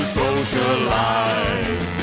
socialize